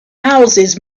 houses